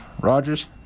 Rogers